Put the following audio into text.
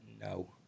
No